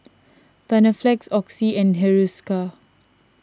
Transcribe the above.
Panaflex Oxy and Hiruscar